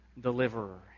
deliverer